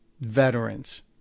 veterans